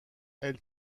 elle